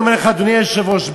אדוני היושב-ראש,